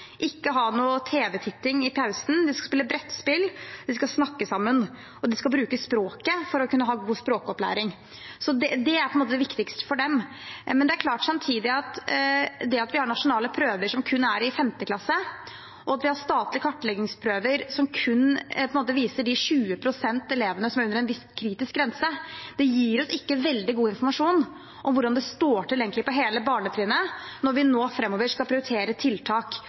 ikke ha noe tv-titting i pausen. De skal spille brettspill, de skal snakke sammen, de skal bruke språket for å kunne ha god språkopplæring. Det er det viktigste for dem. Det er samtidig klart at det at vi har nasjonale prøver kun i 5. klasse, og at det å starte kartleggingsprøver som kun viser de 20 pst. av elevene som er under en viss kritisk grense, ikke gir oss veldig god informasjon om hvordan det egentlig står til på hele barnetrinnet, når vi nå framover skal prioritere tiltak,